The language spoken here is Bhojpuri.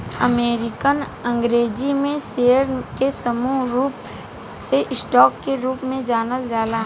अमेरिकन अंग्रेजी में शेयर के सामूहिक रूप से स्टॉक के रूप में जानल जाला